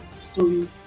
story